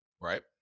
Right